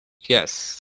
Yes